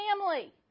family